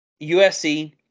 USC